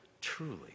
truly